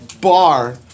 bar